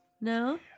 No